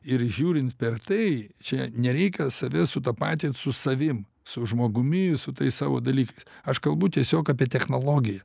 ir žiūrint per tai čia nereikia save sutapatit su savim su žmogumi su tais savo dalykais aš kalbu tiesiog apie technologiją